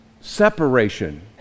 Separation